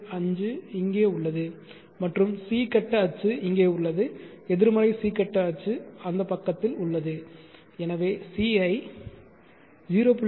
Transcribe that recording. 5 இங்கே உள்ளது மற்றும் c கட்ட அச்சு இங்கே உள்ளது எதிர்மறை c கட்ட அச்சு அந்த பக்கத்தில் உள்ளது எனவே c ஐ 0